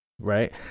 right